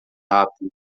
rápido